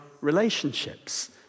relationships